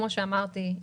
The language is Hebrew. כפי שאמרתי,